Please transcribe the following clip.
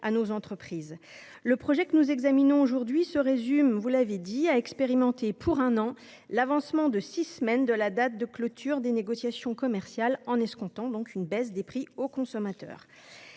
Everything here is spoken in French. nos entreprises. Le projet que nous examinons aujourd’hui se résume à expérimenter pour un an l’avancement de six semaines de la date limite de clôture des négociations commerciales, en escomptant une baisse des prix aux consommateurs.